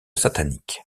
satanique